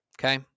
okay